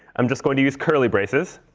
i'm just going to use curly braces.